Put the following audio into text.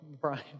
Brian